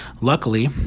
Luckily